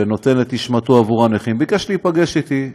ונותן את נשמתו עבור הנכים, ביקש להיפגש אתי.